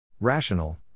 Rational